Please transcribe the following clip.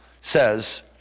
says